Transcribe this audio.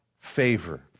favor